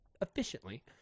efficiently